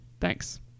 Thanks